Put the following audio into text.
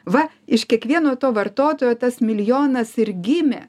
va iš kiekvieno to vartotojo tas milijonas ir gimė